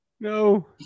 No